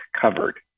covered